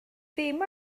ddim